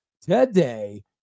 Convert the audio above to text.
today